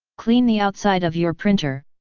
clean the outside of your printer,